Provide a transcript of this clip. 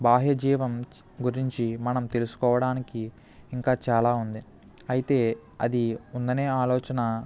బాహ్యజీవం గురించి మనం తెలుసుకోవడానికి ఇంకా చాలా ఉంది అయితే అది ఉందనే ఆలోచన